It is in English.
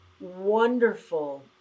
wonderful